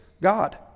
God